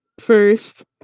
first